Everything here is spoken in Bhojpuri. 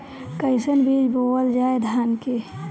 कईसन बीज बोअल जाई धान के?